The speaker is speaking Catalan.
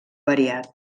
variat